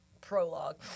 prologue